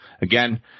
Again